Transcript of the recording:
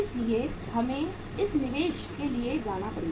इसलिए हमें इस निवेश के लिए जाना पड़ेगा